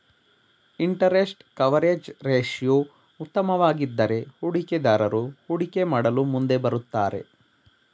interest coverage ratio ಉತ್ತಮವಾಗಿದ್ದರೆ ಹೂಡಿಕೆದಾರರು ಹೂಡಿಕೆ ಮಾಡಲು ಮುಂದೆ ಬರುತ್ತಾರೆ